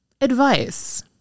advice